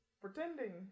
pretending